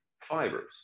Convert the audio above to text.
fibers